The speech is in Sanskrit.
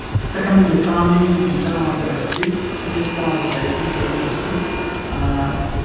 पुस्तकं लिखामि इति चिन्तनं अग्वे अस्ति तन्निमित्तम् अपि प्रयत्नं कुर्वन् अस्मि पुस्